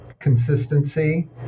consistency